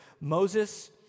Moses